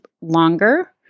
longer